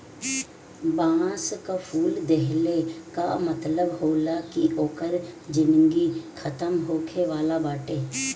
बांस कअ फूल देहले कअ मतलब होला कि ओकर जिनगी खतम होखे वाला बाटे